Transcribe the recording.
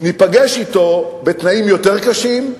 וניפגש אתו בתנאים יותר קשים,